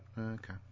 Okay